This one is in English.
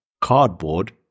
cardboard